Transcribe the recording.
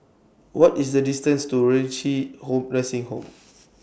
What IS The distance to Renci Nursing Home